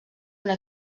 una